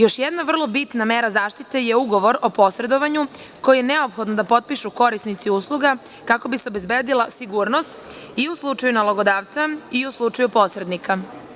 Još jedna vrlo bitna mera zaštite je ugovor o posredovanju, koji je neophodno da potpišu korisnici usluga kako bi se obezbedila sigurnost i u slučaju nalogodavca i u slučaju posrednika.